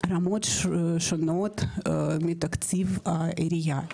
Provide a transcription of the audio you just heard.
רמות שונות, מתקציב העירייה.